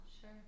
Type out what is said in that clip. Sure